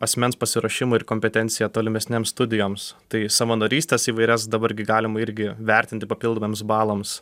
asmens pasiruošimą ir kompetenciją tolimesnėms studijoms tai savanorystės įvairias dabar gi galima irgi vertinti papildomiems balams